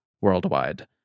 worldwide